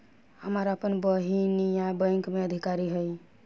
हमार आपन बहिनीई बैक में अधिकारी हिअ